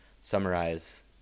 summarize